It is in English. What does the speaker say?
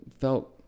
felt